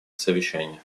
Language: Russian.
совещания